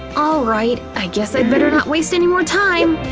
alright, i guess i'd better not waste anymore time.